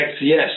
Yes